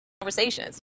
conversations